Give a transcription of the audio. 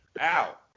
Ow